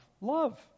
love